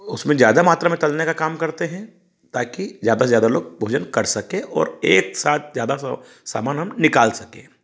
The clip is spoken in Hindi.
उसमें ज़्यादा मात्रा में तलने का काम करते हैं ताकि ज़्यादा से ज़्यादा लोग भोजन कर सकें और एक साथ ज़्यादा सो सामान हम निकाल सकें